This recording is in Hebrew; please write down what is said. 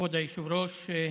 כבוד היושב-ראש,